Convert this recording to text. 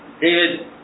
David